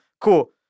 Cool